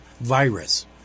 virus